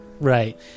Right